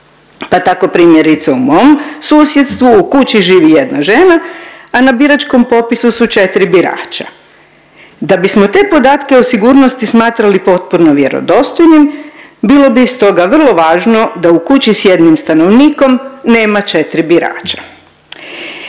Pa tako primjerice u moj susjedstvu u kući živi jedna žena, a na biračkom popisu su četri birača. Da bismo te podatke o sigurnosti smatrali potpuno vjerodostojnim bilo bi stoga vrlo važno da u kući s jednim stanovnikom nema četri birača.